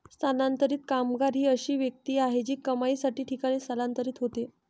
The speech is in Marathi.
स्थलांतरित कामगार ही अशी व्यक्ती आहे जी कमाईसाठी ठिकाणी स्थलांतरित होते